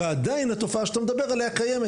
ועדיין התופעה שאתה מדבר עליה קיימת.